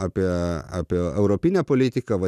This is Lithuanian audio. apie apie europinę politiką vat